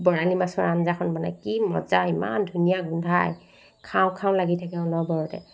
বৰালি মাছৰ আঞ্জাখন বনায় কি মজা ইমান ধুনীয়া গোন্ধায় খাওঁ খাওঁ লাগি থাকে অনবৰতে